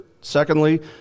Secondly